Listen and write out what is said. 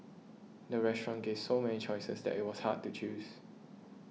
the restaurant gave so many choices that it was hard to choose